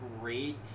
great